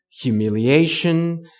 humiliation